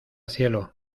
cielo